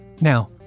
Now